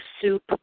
soup